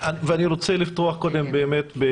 אני רוצה לפתוח בתמיכה